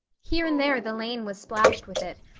here and there the lane was splashed with it,